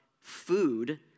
food